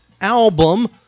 album